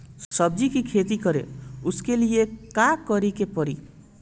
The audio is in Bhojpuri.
सब्जी की खेती करें उसके लिए का करिके पड़ी?